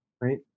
right